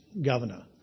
governor